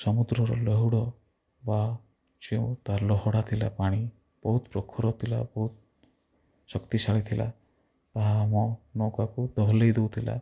ସମୁଦ୍ରର ଲହୁଡ଼ ବା ଯେଉଁ ତା ଲହଡ଼ା ଥିଲା ପାଣି ବହୁତ ପ୍ରଖର ଥିଲା ବହୁତ ଶକ୍ତିଶାଳୀ ଥିଲା ତାହା ମୋ ନୌକାକୁ ଦୋହଲେଇ ଦେଉଥିଲା